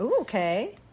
okay